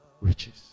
riches